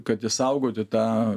kad išsaugoti tą